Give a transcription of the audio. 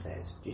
says